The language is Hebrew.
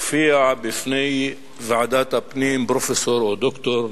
הופיע בפני ועדת הפנים פרופסור או דוקטור,